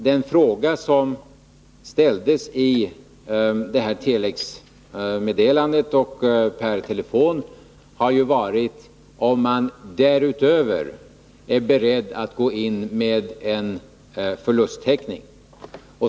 Den fråga som ställdes i telexmeddelandet och per telefon var ju om man därutöver är beredd att gå in med en förlusttäckning.